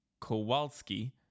Kowalski